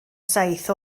saith